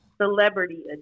celebrity